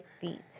feet